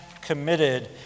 committed